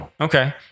Okay